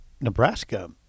Nebraska